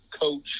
coach